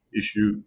issue